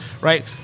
right